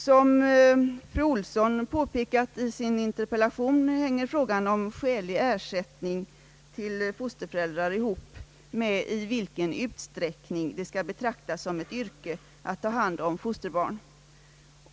Som fru Ohlsson framhållit i sin interpellation, hänger frågan om skälig ersättning till fosterföräldrar ihop med i vilken utsträckning det skall betraktas som ett yrke att ha hand om fosterbarn.